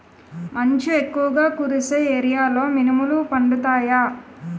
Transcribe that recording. మంచు ఎక్కువుగా కురిసే ఏరియాలో మినుములు పండుతాయా?